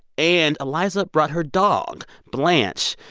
and iliza brought her dog, blanche,